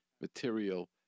material